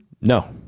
no